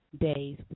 days